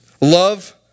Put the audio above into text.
love